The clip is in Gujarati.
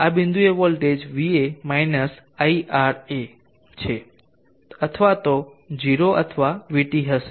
આ બિંદુએ વોલ્ટેજ Va માઈનસ Ira છે અથવા તો 0 અથવા Vt હશે